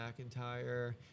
McIntyre